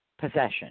possession